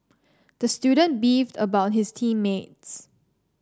the student beefed about his team mates